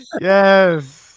Yes